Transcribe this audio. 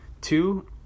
two